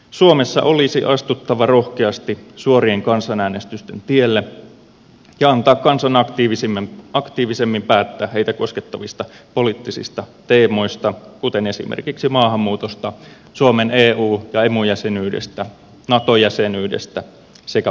suomessa olisi astuttava rohkeasti suorien kansanäänestysten tielle ja annettava kansan aktiivisemmin päättää heitä koskettavista poliittisista teemoista kuten esimerkiksi maahanmuutosta suomen eu ja emu jäsenyydestä nato jäsenyydestä sekä pakkoruotsista